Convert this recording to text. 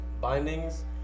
bindings